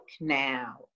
now